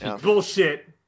bullshit